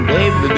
Baby